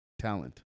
talent